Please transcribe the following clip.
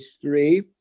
three